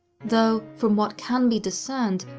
though, from what can be discerned,